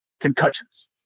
concussions